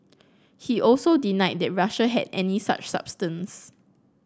he also denied that Russia had any such substance